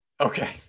Okay